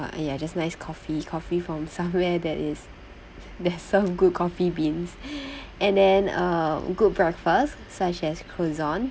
!aiya! just nice coffee coffee from somewhere that is that serve good coffee beans and then a good breakfast such as croissant